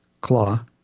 claw